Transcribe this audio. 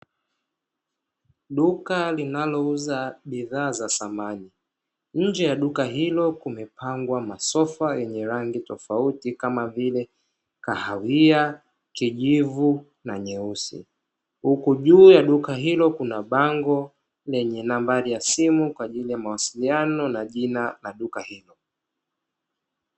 Duka linalouza bidhaa za samani nje ya duka hilo kumepangwa masofa yenye rangi tofauti kama vile kahawia, kijivu na nyeusi huku juu ya duka hilo kuna bango lenye nambari ya simu kwa ajili ya mawasiliano na jina na duka hilo.